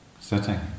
sitting